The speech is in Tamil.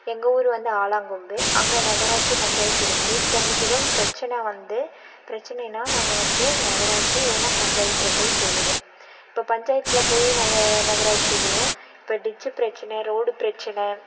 எங்கள் ஊர் வந்து ஆலாங்கொம்பு அங்கே நகராட்சி பஞ்சாயத்து இருக்குது இப்போ எங்களுக்கு எதுவும் பிரச்சனை வந்து பிரச்சனைனால் நாங்கள் வந்து நகராட்சி இல்லைனா பஞ்சாயத்தில் போய் சொல்லுவோம் இப்போ பஞ்சாயத்தில் போய் நகராட்சிலயும் இப்போ டிச்சு பிரச்சனை ரோடு பிரச்சனை